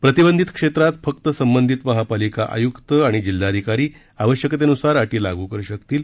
प्रतिबंधित क्षेत्रात फक्त संबंधित महापालिका आयुक्त आणि जिल्हाधिकारी आवश्यकतेन्सार अटी लागू करु शकतील